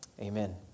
Amen